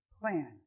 plan